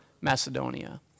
Macedonia